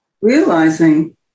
realizing